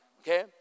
okay